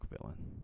villain